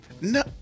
No